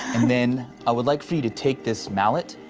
then i would like for you to take this mallet.